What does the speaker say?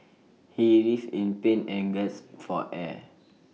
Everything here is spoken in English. he writhed in pain and gasped for air